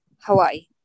Hawaii